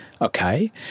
Okay